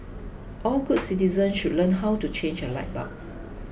all good citizens should learn how to change a light bulb